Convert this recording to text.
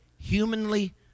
humanly